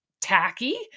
tacky